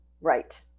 Right